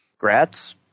Grats